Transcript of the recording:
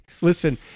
Listen